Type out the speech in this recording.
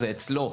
זה אצלו.